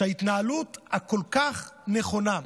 שההתנהלות הכל-כך נכונה,